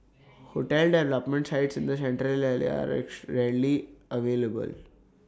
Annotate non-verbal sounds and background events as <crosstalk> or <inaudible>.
hotel development sites in the Central Area are <noise> rarely available